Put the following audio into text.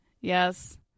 yes